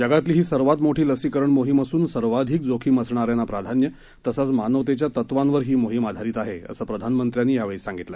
जगातली ही सर्वात मोठी लसीकरण मोहीम असून सर्वाधिक जोखीम असणाऱ्यांना प्राधान्य तसंचमानवतेच्या तत्वांवर ही मोहीम आधारित आहे असं प्रधानमंत्र्यांनी यावेळी सांगितलं